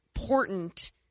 important